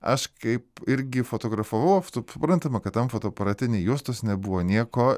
aš kaip irgi fotografavau suprantama kad tam fotoaparate juostos nebuvo nieko